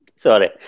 Sorry